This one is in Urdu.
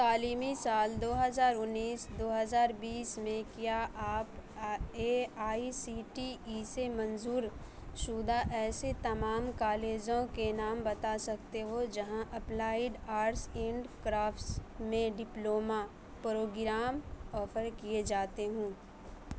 تعلیمی سال دو ہزار انیس دو ہزار بیس میں کیا آپ A I C T E سے منظور شدہ ایسے تمام کالجوں کے نام بتا سکتے ہو جہاں اپلائیڈ آرٹس اینڈ کرافٹس میں ڈپلومہ پروگرام آفر کیے جاتے ہوں